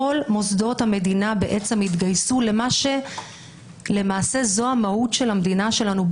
כל מוסדות המדינה התגייסו למה שלמעשה זו המהות של המדינה שלנו.